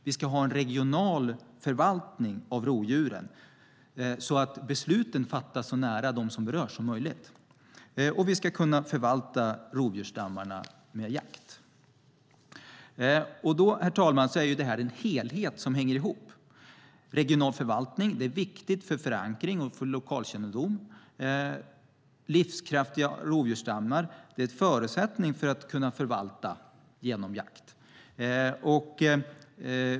Vi ska också ha en regional förvaltning av rovdjuren så att besluten fattas så nära dem som berörs som möjligt. Vi ska även kunna förvalta rovdjursstammarna med jakt. Herr talman! Detta är en helhet som hänger ihop. Regional förvaltning är viktigt för förankring och för lokalkännedom. Livskraftiga rovdjursstammar är en förutsättning för att kunna förvalta genom jakt.